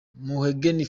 mugheni